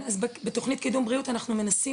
אז בתכנית קידום בריאות אנחנו מנסים